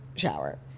shower